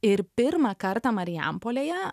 ir pirmą kartą marijampolėje